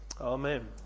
Amen